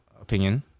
opinion